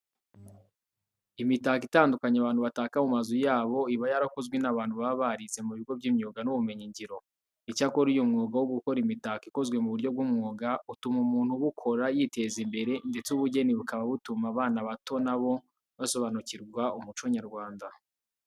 Imitako itandukanye abantu bataka mu mazu yabo iba yarakozwe n'abantu baba barize mu bigo by'imyuga n'ubumenyingiro. Icyakora uyu mwuga wo gukora imitako ikozwe mu buryo bw'ubugeni utuma umuntu ubukora yiteza imbere ndetse ubugeni bukaba butuma abana bato na bo basobanukirwa umuco nyarwanda.